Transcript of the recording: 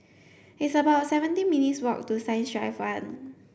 it's about seventy minutes' walk to Science Drive fun